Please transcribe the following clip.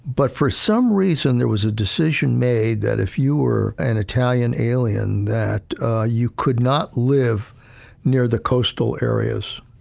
but for some reason, there was a decision made that if you were an italian alien, that ah you could not live near the coastal areas.